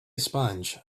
sponge